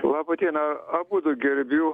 laba diena abudu gerbiu